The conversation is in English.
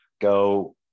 go